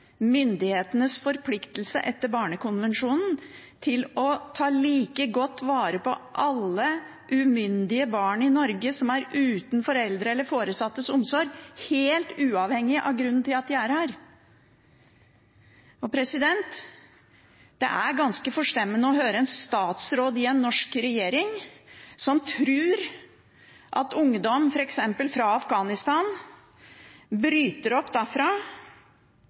myndighetenes forpliktelse etter barnekonvensjonen til å ta godt vare på alle umyndige barn i Norge som er uten foreldre eller foresattes omsorg, helt uavhengig av grunnen til at de er her. Det er ganske forstemmende å høre en statsråd i en norsk regjering som tror at ungdom, f.eks. fra Afghanistan, bryter opp